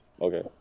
Okay